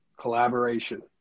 collaboration